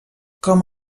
com